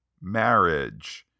marriage